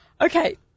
Okay